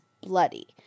bloody